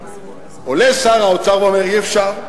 עולה שר האוצר ואומר: אי-אפשר.